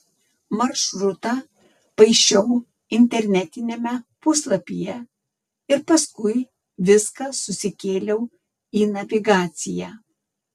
maršrutą paišiau internetiniame puslapyje ir paskui viską susikėliau į navigaciją